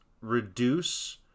reduce